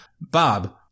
Bob